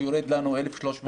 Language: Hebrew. כשיורד לנו 1,300 שקל,